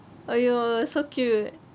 !aiyo! so cute